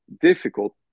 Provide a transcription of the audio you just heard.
difficult